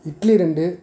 இட்லி ரெண்டு